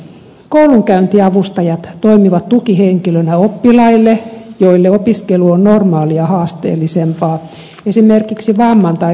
koulunkäyntiavustajat toimivat tukihenkilönä oppilaille joille opiskelu on normaalia haasteellisempaa esimerkiksi vamman tai käytöshäiriön vuoksi